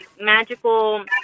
magical